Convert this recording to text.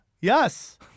Yes